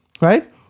right